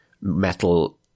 metal